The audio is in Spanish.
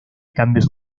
cambios